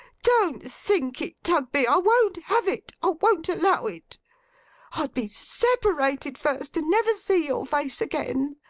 don't think it, tugby. i won't have it. i won't allow it. i'd be separated first, and never see your face again.